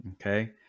okay